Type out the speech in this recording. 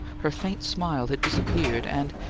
her faint smile had disappeared, and,